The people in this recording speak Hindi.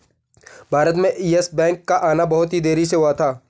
भारत में येस बैंक का आना बहुत ही देरी से हुआ था